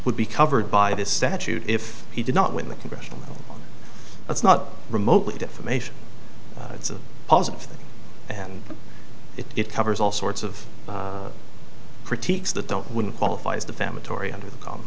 would be covered by this statute if he did not win the congressional that's not remotely defamation it's a positive thing and it covers all sorts of critiques that don't wouldn't qualify as the family tory under the common